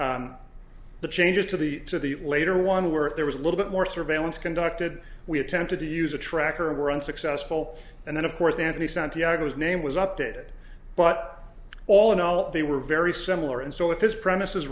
the changes to the to the later one were if there was a little bit more surveillance conducted we attempted to use a tracker were unsuccessful and then of course anthony santiago's name was up to it but all in all they were very similar and so if his premises